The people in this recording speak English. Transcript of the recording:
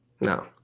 No